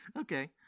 Okay